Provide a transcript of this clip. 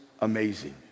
amazing